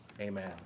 amen